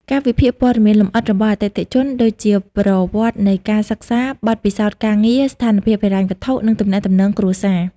ការវិភាគព័ត៌មានលម្អិតរបស់អតិថិជនដូចជា ប្រវត្តិនៃការសិក្សា បទពិសោធន៍ការងារ ស្ថានភាពហិរញ្ញវត្ថុ និងទំនាក់ទំនងគ្រួសារ។